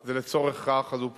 זה לצורך כך, אז הוא פטור,